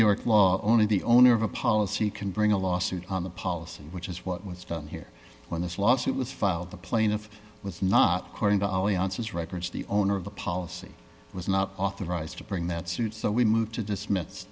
york law only the owner of a policy can bring a lawsuit on the policy which is what was done here when this lawsuit was filed the plaintiff was not according to all the answers records the owner of the policy was not authorized to bring that suit so we moved to dismiss